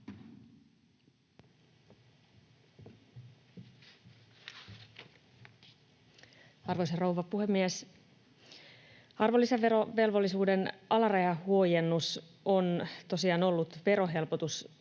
Arvoisa rouva puhemies! Arvonlisäverovelvollisuuden alarajahuojennus on tosiaan ollut verohelpotus